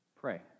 pray